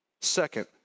Second